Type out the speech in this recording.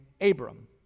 Abram